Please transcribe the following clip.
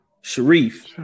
Sharif